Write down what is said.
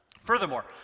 Furthermore